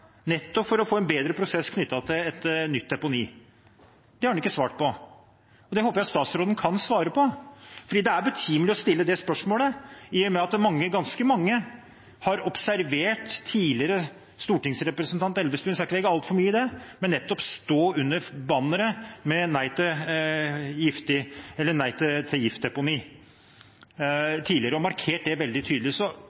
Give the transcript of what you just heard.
nettopp for å få en bedre prosess knyttet til et nytt deponi. Det har han ikke svart på, og det håper jeg statsråden kan svare på. For det er betimelig å stille det spørsmålet, i og med at ganske mange har observert tidligere stortingsrepresentant Elvestuen – jeg skal ikke legge altfor mye i det – nettopp stå under banneret med nei til